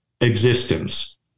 existence